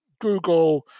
Google